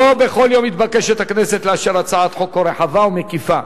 לא בכל יום מתבקשת הכנסת לאשר הצעת חוק כה רחבה ומקיפה.